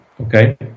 okay